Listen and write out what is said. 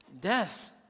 death